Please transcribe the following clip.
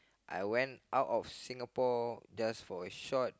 I went out of Singapore just for a short